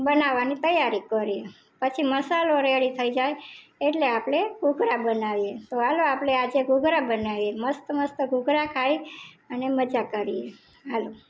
બનાવાની તૈયારી કરીએ પછી મસાલો રેડી થઈ જાય એટલે આપણે ઘૂઘરા બનાવીએ તો ચાલો આજે આપણે ઘૂઘરા બનાવીએ મસ્ત મસ્ત ઘૂઘરા ખાઈ અને મજા કરીએ ચાલો